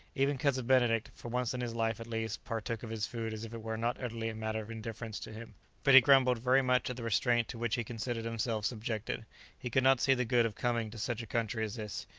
even cousin benedict, for once in his life at least, partook of his food as if it were not utterly a matter of indifference to him but he grumbled very much at the restraint to which he considered himself subjected he could not see the good of coming to such a country as this,